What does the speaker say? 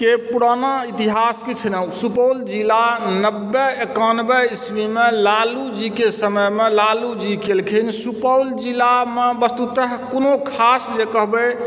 के पुराना इतिहास किछु सुपौल जिला नब्बे एकानबे ईस्वीमे लालुजीकेँ समयमे लालु जी केलखिन सुपौल जिला वस्तुतः कोनो खास जे कहबै